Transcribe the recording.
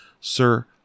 sir